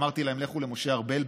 ואמרתי להם: לכו למשה ארבל,